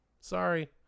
Sorry